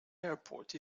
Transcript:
airport